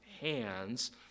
hands